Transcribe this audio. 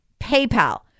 PayPal